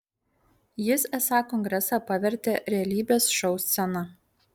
jis esą kongresą pavertė realybės šou scena